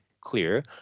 clear